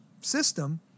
system